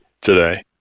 today